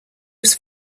was